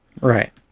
Right